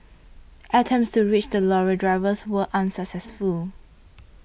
attempts to reach the lorry drivers were unsuccessful